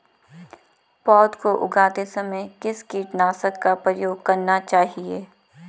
पौध को उगाते समय किस कीटनाशक का प्रयोग करना चाहिये?